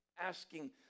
asking